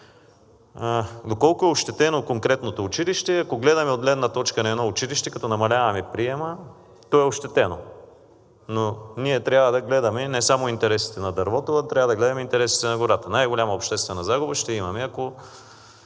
Доколко е ощетено конкретното училище. Ако гледаме от гледна точка на едно училище, като намаляваме приема, то е ощетено. Но ние трябва да гледаме не само интересите на дървото, а трябва да гледаме интересите на гората. Най-голяма обществена загуба ще имаме, ако